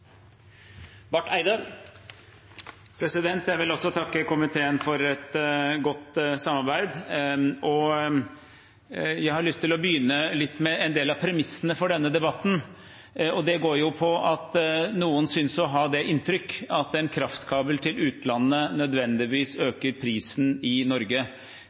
Jeg vil også takke komiteen for et godt samarbeid. Jeg har lyst til å begynne litt med en del av premissene for denne debatten, og det handler om at noen synes å ha det inntrykk at en kraftkabel til utlandet nødvendigvis øker prisen i Norge.